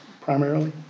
primarily